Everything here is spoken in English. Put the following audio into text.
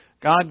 God